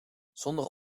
zonder